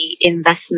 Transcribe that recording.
investment